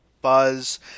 buzz